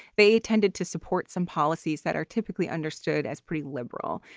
they tended to support some policies that are typically understood as pretty liberal,